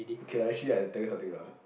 okay lah actually I tell you something lah